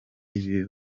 ibi